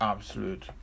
Absolute